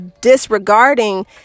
disregarding